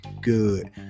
good